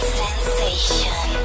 sensation